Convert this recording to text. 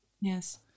yes